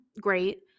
great